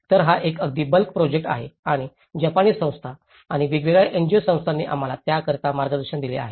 तर हा एक अगदी बल्क प्रोजेक्ट आहे आणि जपानी संस्था आणि वेगवेगळ्या एनजीओ संस्थांनीही आम्हाला त्याकरिता समर्थन दिले आहे